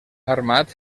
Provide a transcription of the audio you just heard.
armat